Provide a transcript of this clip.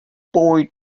boy